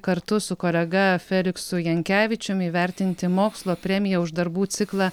kartu su kolega feliksu jankevičiumi įvertinti mokslo premija už darbų ciklą